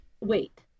wait